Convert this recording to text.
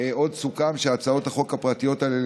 עוד סוכם שהצעות החוק הפרטיות האלה,